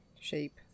shape